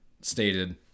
stated